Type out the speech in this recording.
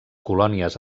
colònies